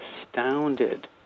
astounded